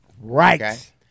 Right